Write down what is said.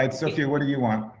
right, sofia, what do you want?